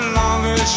longer